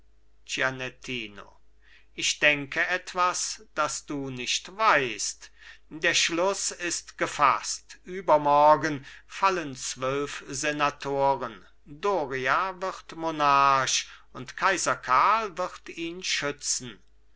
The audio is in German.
ich denke etwas das du nicht weißt der schluß ist gefaßt übermorgen fallen zwölf senatoren doria wird monarch und kaiser karl wird ihn schützen